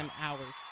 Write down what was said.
hours